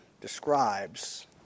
describes